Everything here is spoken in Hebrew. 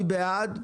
מי בעד?